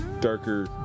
darker